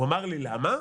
הוא אמר לי: למה?